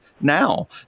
now